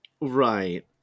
right